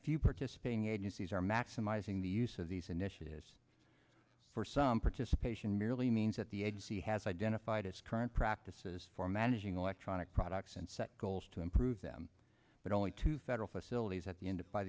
few participating agencies are maximizing the use of these initiatives for some participation merely means that the ads he has identified as current practices for managing electronic products and set goals to improve them but only to federal facilities at the end